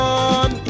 on